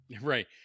Right